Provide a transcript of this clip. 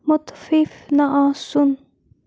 مُتفِف نہٕ آسُن